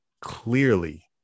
clearly